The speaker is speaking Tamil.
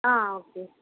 ஆ ஓகே